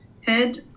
head